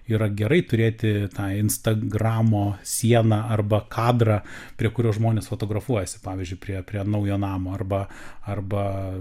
yra gerai turėti tą instagramo sieną arba kadrą prie kurio žmonės fotografuojasi pavyzdžiui prie prie naujo namo arba arba